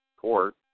Court